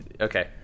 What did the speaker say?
okay